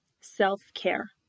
self-care